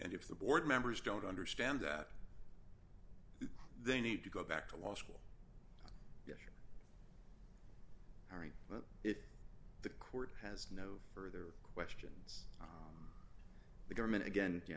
and if the board members don't understand that they need to go back to law school i mean it the court has no further questions the government again you